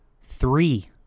three